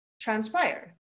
transpire